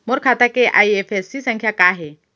मोर खाता के आई.एफ.एस.सी संख्या का हे?